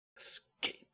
Escape